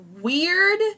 weird